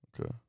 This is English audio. Okay